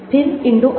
फिर INDO आया